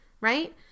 right